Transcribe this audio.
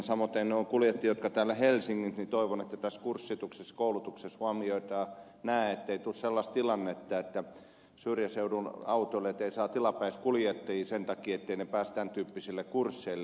samaten on kuljettajia jotka toimivat täällä helsingissä ja toivon että tässä kurssituksessa koulutuksessa huomioidaan nämä asiat ettei tule sellaista tilannetta että syrjäseudun autoilijat eivät saa tilapäiskuljettajia sen takia etteivät ne pääse tämän tyyppisille kursseille